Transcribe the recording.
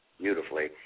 beautifully